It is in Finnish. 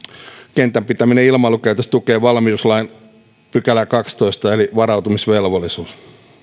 kentän pitäminen ilmailukäytössä tukee valmiuslain kahdettatoista pykälää eli varautumisvelvollisuutta